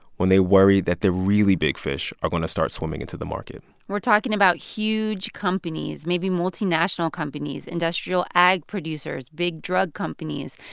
when they worry that the really big fish are going to start swimming into the market we're talking about huge companies, maybe multinational companies industrial ag producers, big drug companies.